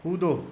कूदो